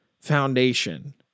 foundation